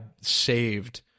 saved